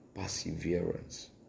Perseverance